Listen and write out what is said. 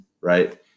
right